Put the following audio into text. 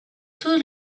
tout